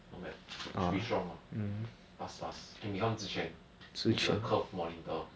not bad should be strong ah fast fast can become zi quan with the curve monitor